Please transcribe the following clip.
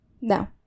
No